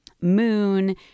moon